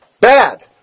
Bad